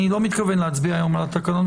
אני לא מתכוון להצביע היום על התקנות,